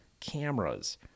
cameras